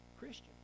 christian